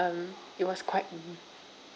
it was quite